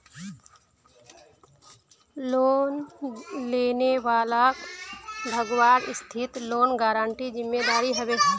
loan लेने वालाक भगवार स्थितित लोन गारंटरेर जिम्मेदार ह बे